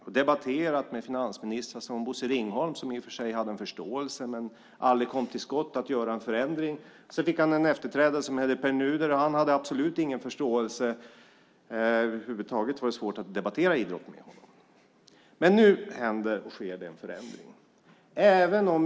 Jag har debatterat med finansminister Bosse Ringholm, som i och för sig hade en förståelse men aldrig kom till skott med att göra en förändring. Han fick en efterträdare som hette Pär Nuder, och han hade absolut ingen förståelse - det var över huvud taget svårt att debattera idrott med honom. Men nu sker en förändring.